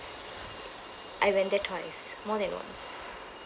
I went there twice more than once